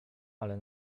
ale